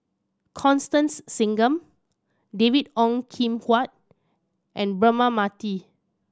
Constance Singam David Ong Kim Huat and Braema Mathi